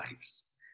lives